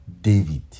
David